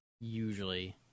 usually